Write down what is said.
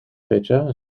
fecha